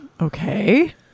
Okay